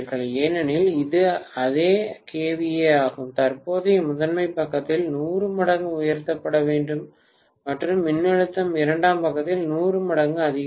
ஏனெனில் இது அதே KVA ஆகும் தற்போதைய முதன்மை பக்கத்தில் 100 மடங்கு உயர்த்தப்பட வேண்டும் மற்றும் மின்னழுத்தம் இரண்டாம் பக்கத்தில் 100 மடங்கு அதிகரிக்கும்